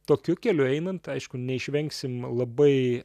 tokiu keliu einant aišku neišvengsim labai